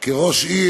כראש עיר,